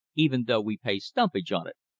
even though we pay stumpage on it.